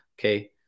Okay